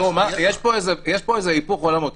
יש פה איזה היפוך עולמות.